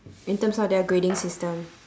in terms of their grading system